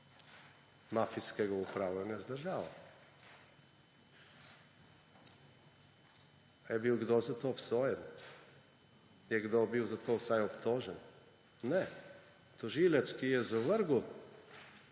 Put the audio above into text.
mafijskega upravljanja z državo. A je bil kdo za to obsojen? Je kdo bil za to vsaj obtožen? Ne. Tožilec, ki je zavrgel